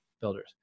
builders